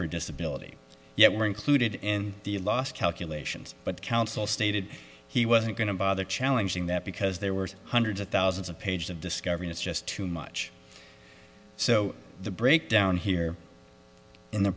for disability yet were included in the last calculations but counsel stated he wasn't going to bother challenging that because there were hundreds of thousands of pages of discovery it's just too much so the breakdown here in the